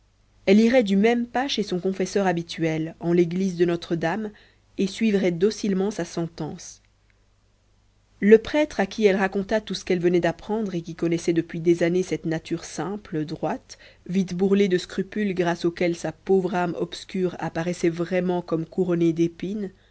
elle irait du même pas chez son confesseur habituel en l'église de notre-dame et suivrait docilement sa sentence le prêtre à qui elle raconta tout ce qu'elle venait d'apprendre et qui connaissait depuis des années cette nature simple droite vite bourrelée de scrupules grâce auxquels sa pauvre âme obscure apparaissait vraiment comme couronnée d'épines